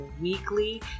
weekly